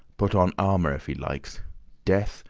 put on armour if he likes death,